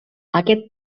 aquest